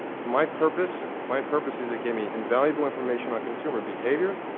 for my purposes my purposes it gives me invaluable information on consumer behavior.